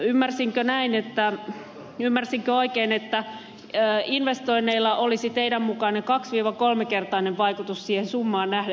ymmärsinkö oikein että investoinneilla olisi teidän mukaanne kaksinkolminkertainen vaikutus siihen summaan nähden